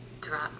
drop